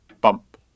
bump